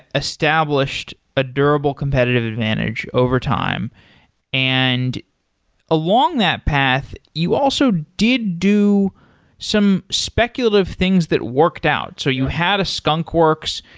established a durable competitive advantage overtime and along that path, you also did do some speculative things that worked out. so you had at skunk works,